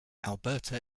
alberta